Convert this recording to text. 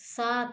सात